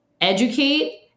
educate